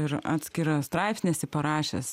ir atskirą straipsnį esi parašęs